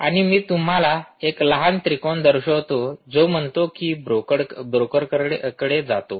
आणि मी तुम्हाला एक लहान त्रिकोण दर्शवितो जो म्हणतो की तो ब्रोकरकडे जातो